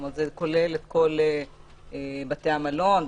זאת אומרת זה כולל את כל בתי המלון,